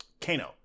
Kano